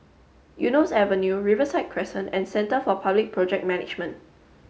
Eunos Avenue Riverside Crescent and Centre for Public Project Management